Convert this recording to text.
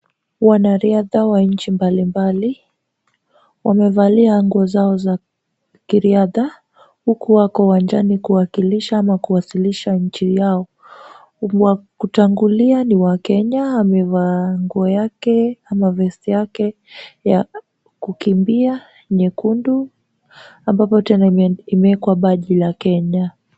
Wanariadha wa nchi mbalimbali, wamevalia nguo zao za kiriadha huku wako uwanjani kuwakilisha ama kuwasilisha nchi yao. Wa kutangulia ni wa Kenya amevaa nguo yake ama vest yake ya kukimbia nyekundu ambapo tena imewekwa badge la Kenya.